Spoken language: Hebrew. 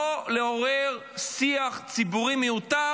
לא לעורר שיח ציבורי מיותר,